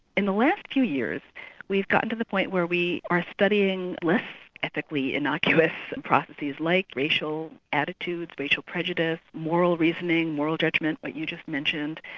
in the last few years we've gotten to the point where we are studying less ethically innocuous processes like racial attitudes, racial prejudice, moral reasoning, moral judgement like but you just mentioned.